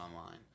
online